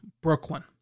Brooklyn